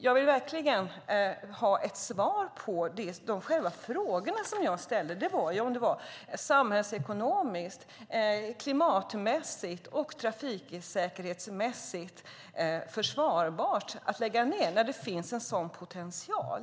Jag vill verkligen ha ett svar på de frågor jag ställde. Är det samhällsekonomiskt, klimatmässigt och trafiksäkerhetsmässigt försvarbart att lägga ned när det finns en sådan potential?